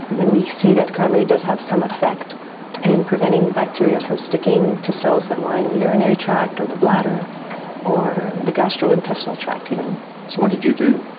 then we see that cranberry does have some effect in preventing bacteria from sticking to cells that line the urinary tract or the bladder or the gastrointestinal tract even. so what did you do?